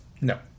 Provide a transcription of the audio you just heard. No